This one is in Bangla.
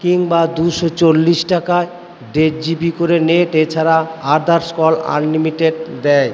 কিংবা দুশো চল্লিশ টাকায় দেড় জিবি করে নেট এছাড়া আদার্স কল আনলিমিটেড দেয়